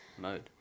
mode